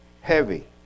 heavy